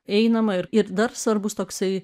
einama ir ir dar svarbus toksai